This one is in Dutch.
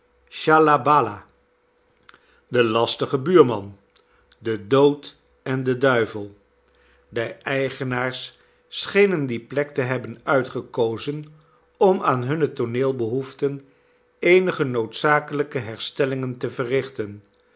shallabala de lastige buurman de dood en de duivel de eigenaars schenen die plek te hebben uitgekozen om aan hunne tooneelbehoeften eenige noodzakelijke herstellingen te verrichten